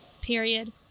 Period